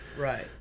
Right